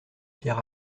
pierre